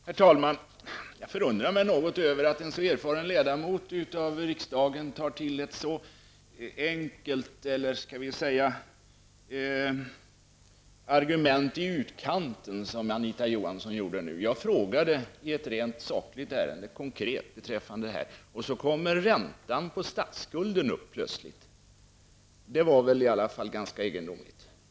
Herr talman! Jag förundrar mig något över att en så erfaren ledamot av riksdagen tar till ett så enkelt argument -- eller skall vi säga ett argument i utkanten -- som Anita Johansson anförde nu. Jag frågade i ett rent sakligt ärende, konkret, och så får vi plötsligt höra om räntan på statsskulden. Det var väl i alla fall ganska egendomligt.